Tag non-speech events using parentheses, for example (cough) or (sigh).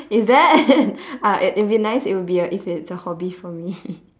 is that (laughs) oh it it would be nice it would be a if it's a hobby for me (laughs)